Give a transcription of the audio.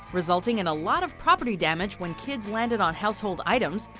resulting in a lot of property damage when kids landed on household items,